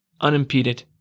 unimpeded